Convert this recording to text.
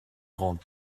grant